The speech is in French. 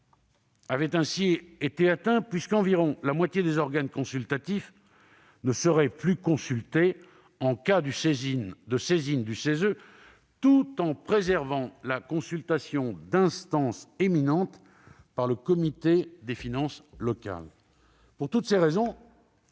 avait ainsi été atteint, car environ la moitié des organes consultatifs ne seraient plus consultés en cas de saisine du CESE, tout en préservant la consultation d'instances éminentes, comme le Comité des finances locales (CFL). Pour toutes ces raisons,